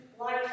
life